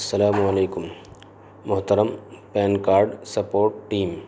السلام علیکم محترم پین کارڈ سپورٹ ٹیم